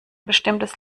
bestimmtes